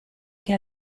che